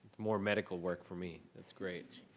more medical work for me, it's great.